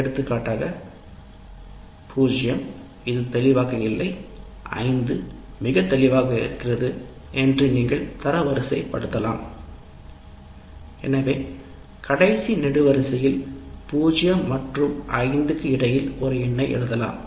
எடுத்துக்காட்டாக 0 இது தெளிவாக இல்லை 5 மிக தெளிவானது என்றும் நீங்கள் தரவரிசைப்படுத்தலாம் எனவே கடைசி நெடுவரிசையில் 0 மற்றும் 5 க்கு இடையில் ஒரு எண்ணை எழுதலாம்